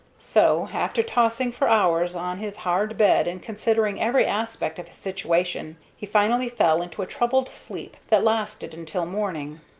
so, after tossing for hours on his hard bed and considering every aspect of his situation, he finally fell into a troubled sleep that lasted until morning.